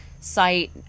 site